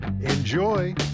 enjoy